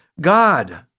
God